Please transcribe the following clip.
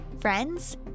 Friends